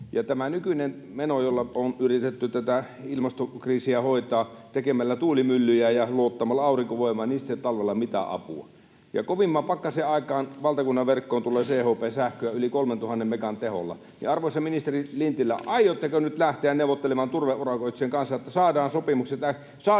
Tämä nykyinen meno, jolla on yritetty tätä ilmastokriisiä hoitaa tekemällä tuulimyllyjä ja luottamalla aurinkovoimaan — niistä ei ole talvella mitään apua. Ja kovimman pakkasen aikaan valtakunnan verkkoon tulee CHP-sähköä yli 3 000 megan teholla. Arvoisa ministeri Lintilä, aiotteko nyt lähteä neuvottelemaan turveurakoitsijoiden kanssa, että saadaan sopimukset, saadaan näkymä